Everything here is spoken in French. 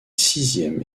sixième